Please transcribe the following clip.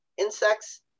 insects